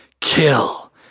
Kill